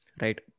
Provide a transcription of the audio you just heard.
Right